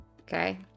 Okay